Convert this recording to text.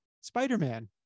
spider-man